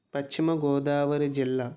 పశ్చిమ గోదావరి జిల్లా